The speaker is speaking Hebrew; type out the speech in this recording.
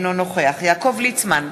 אינו נוכח יעקב ליצמן,